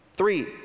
Three